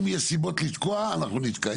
אם יהיו סיבות לתקוע, אנחנו נתקע.